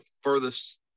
furthest